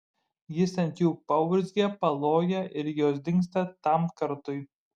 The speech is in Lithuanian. jis ant jų paurzgia paloja ir jos dingsta tam kartui